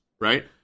right